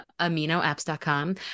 AminoApps.com